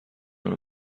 نمی